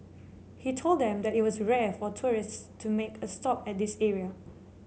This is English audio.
he told them that it was rare for tourists to make a stop at this area